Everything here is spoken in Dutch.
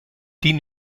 tien